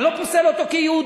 אני לא פוסל אותו כיהודי,